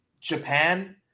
Japan